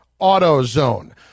AutoZone